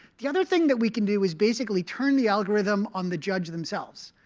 the other thing that we can do is basically turn the algorithm on the judge themselves.